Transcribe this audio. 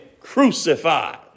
crucified